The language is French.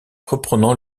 reprenant